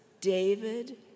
David